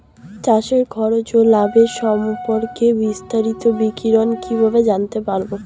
চাষে খরচ ও লাভের সম্পর্কে বিস্তারিত বিবরণ কিভাবে জানতে পারব?